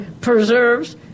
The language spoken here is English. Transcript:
preserves